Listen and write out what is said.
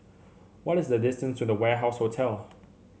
what is the distance to The Warehouse Hotel